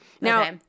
Now